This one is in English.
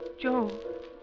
Joe